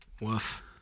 Woof